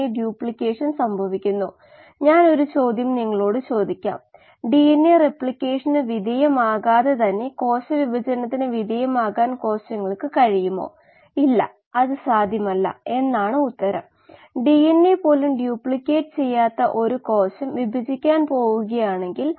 T യുടെ ഒരു ഫംഗ്ഷനായി Fi എന്നത് പ്രവേശിക്കുന്ന സ്ട്രീമിന്റെ വോള്യൂമെട്രിക് ഫീഡ് നിരക്കാണെന്നും xi എന്നത് പ്രവേശന സ്ട്രീമിലെ കോശ ഗാഢതയാണ്